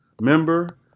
member